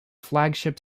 flagship